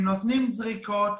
הם נותנים זריקות,